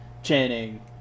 Channing